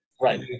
Right